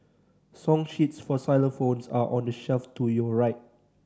song sheets for xylophones are on the shelf to your right